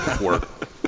Work